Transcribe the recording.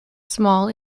small